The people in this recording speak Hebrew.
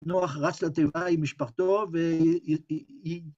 נוח רץ לטבעה עם משפחתו והיא...